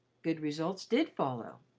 good results did follow.